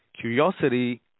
curiosity